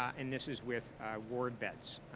and this is with ward beds.